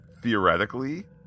theoretically